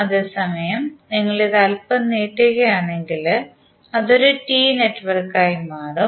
അതേ സമയം നിങ്ങൾ ഇത് അൽപ്പം നീട്ടുകയാണെങ്കിൽ അത് ഒരു ടി നെറ്റ്വർക്കായി മാറും